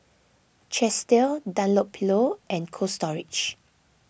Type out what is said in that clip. Chesdale Dunlopillo and Cold Storage